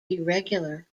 irregular